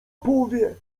powie